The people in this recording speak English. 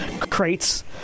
crates